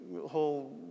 whole